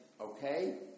okay